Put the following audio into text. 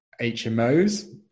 HMOs